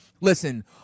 Listen